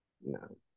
No